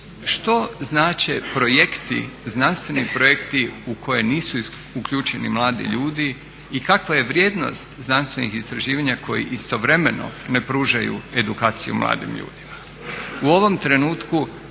što znače projekti, znanstveni projekti u koje nisu uključeni mladi ljudi i kakva je vrijednost znanstvenih istraživanja koji istovremeno ne pružaju edukaciju mladim ljudima.